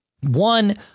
One